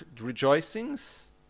rejoicings